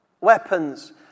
weapons